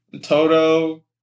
Toto